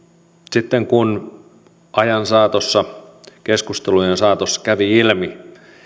sitten kun ajan saatossa keskustelujen saatossa kävi ilmi